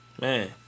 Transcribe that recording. Man